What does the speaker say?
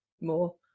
more